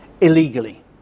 illegally